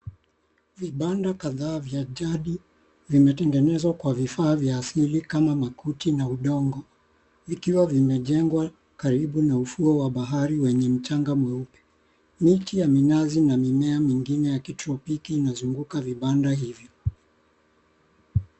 Vibada kadhaa vya jadi vimetengenzwa kwa vifaa vya asili. Kama makuti na udongo. Vikiwa vimejengewa karibu na ufuo wa bahari, wenye mchanga mweupe. Miti ya minazi na mimea mingine ya(cs) kitropiki(cs) ,inazunguza vibanda hivyo.